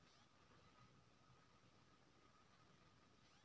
बचत केँ economic wealth सेहो कहल जाइ छै